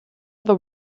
their